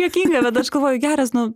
juokinga bet aš galvoju geras nu